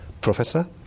professor